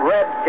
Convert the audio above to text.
Red